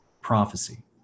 prophecy